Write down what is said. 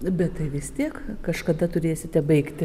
bet tai vis tiek kažkada turėsite baigti